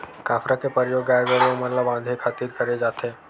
कांसरा के परियोग गाय गरूवा मन ल बांधे खातिर करे जाथे